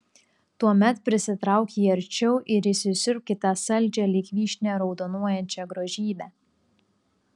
tuomet prisitrauk jį arčiau ir įsisiurbk į tą saldžią lyg vyšnia raudonuojančią grožybę